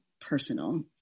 personal